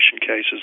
cases